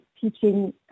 teaching